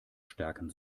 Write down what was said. stärken